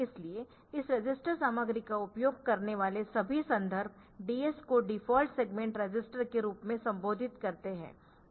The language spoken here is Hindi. इसलिए इस रजिस्टर सामग्री का उपयोग करने वाले सभी संदर्भ DS को डिफ़ॉल्ट सेगमेंट रजिस्टर के रूप में संबोधित करते है